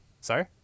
sorry